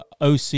OC